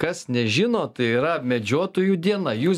kas nežino tai yra medžiotojų diena jūs